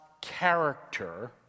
character